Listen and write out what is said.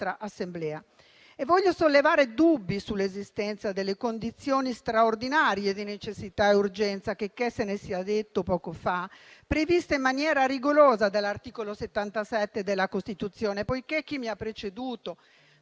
Assemblea. Voglio sollevare dubbi sull'esistenza delle condizioni straordinarie di necessità e urgenza, checché se ne sia detto poco fa, previste in maniera rigorosa dall'articolo 77 della Costituzione. Poiché chi mi ha preceduta